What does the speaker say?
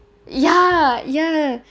ya ya